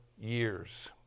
years